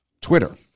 Twitter